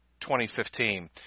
2015